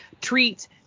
treat